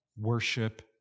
worship